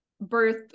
birth